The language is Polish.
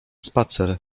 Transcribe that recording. spacer